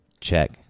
Check